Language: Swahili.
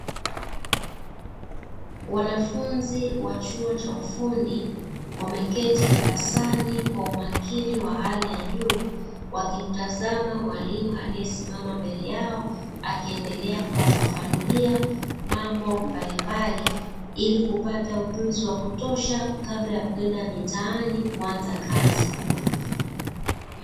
Wanafunzi wa chuo cha ufundi wameketi darasani kwa umakini wa hali ya juu, wakimtazama mwalimu aliyesimama mbele yao akiendelea kuwafafanulia mambo mbalimbali, ili kupata ujuzi wa kutosha kabla ya kwenda mtaani kuanza kazi.